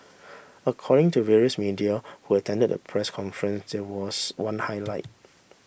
according to various media who attended the press conference there was one highlight